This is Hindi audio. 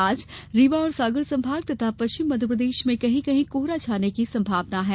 आज रीवा और सागर संभाग तथा पश्चिम मध्यप्रदेश में कहीं कहीं कोहरा छाने की संभावना है